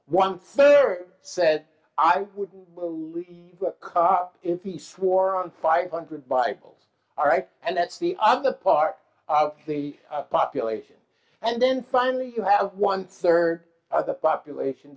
one third said i wouldn't believe the cop if he swore on five hundred bibles all right and that's the other part of the population and then finally you have one third of the population